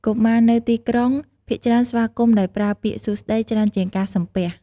កុមារនៅទីក្រុង ភាគច្រើនស្វាគមន៍ដោយប្រើពាក្យ "សួស្តី" ច្រើនជាងការសំពះ។